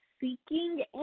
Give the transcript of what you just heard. seeking